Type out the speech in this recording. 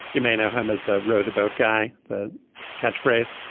you may know him as the row the boat guy. the catch phrase